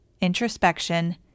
introspection